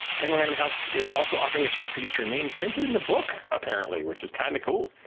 penguin random house is also offering a chance to get your name printed in the book, apparently, which is kind of cool.